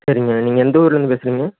சரிங்க நீங்கள் எந்த ஊர்லருந்து பேசுகிறீங்க